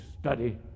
study